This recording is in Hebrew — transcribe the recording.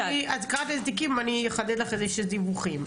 את קראת לזה תיקים, אני אחדד לך שזה דיווחים.